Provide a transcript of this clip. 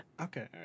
Okay